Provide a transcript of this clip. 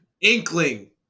Inkling